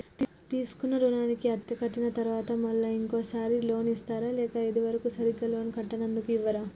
తీసుకున్న రుణాన్ని అత్తే కట్టిన తరువాత మళ్ళా ఇంకో సారి లోన్ ఇస్తారా లేక ఇది వరకు సరిగ్గా లోన్ కట్టనందుకు ఇవ్వరా?